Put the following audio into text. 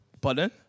Pardon